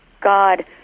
God